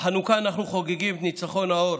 בחנוכה אנחנו חוגגים את ניצחון האור